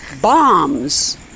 bombs